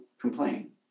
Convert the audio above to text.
complain